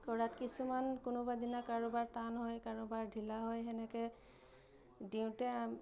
কৰাত কিছুমান কোনোবাদিনা কাৰোবাৰ টান হয় কাৰোবাৰ ঢিলা হয় সেনেকৈ দিওঁতে